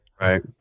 Right